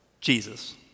Jesus